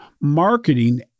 marketing